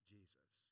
Jesus